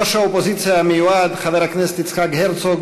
ראש האופוזיציה המיועד, חבר הכנסת יצחק הרצוג,